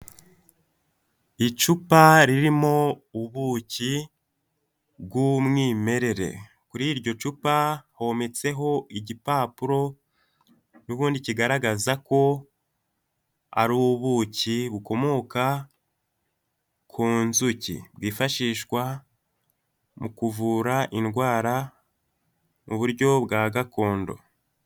Icupa ririmo ubuki bw'umwimerere, kuri iryo cupa hometseho igipapuro n'ubundi kigaragaza ko ari ubuki bukomoka ku nzuki, bwifashishwa mu kuvura indwara mu buryo bwa gakondo.